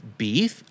beef